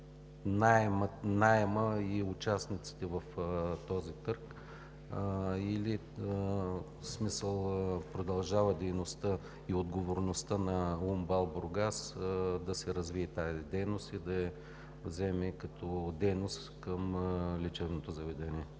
наема и участниците в този търг, или продължава дейността и отговорността на УМБАЛ – Бургас, да си развие тази дейност и да я вземе като дейност към лечебното заведение?